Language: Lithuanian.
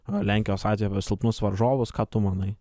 o lenkijos atveju silpnus varžovus ką tu manai